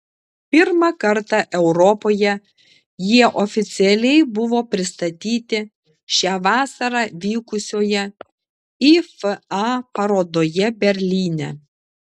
pirmą kartą europoje jie oficialiai buvo pristatyti šią vasarą vykusioje ifa parodoje berlyne